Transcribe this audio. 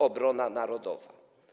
Obrona narodowa.